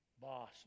boss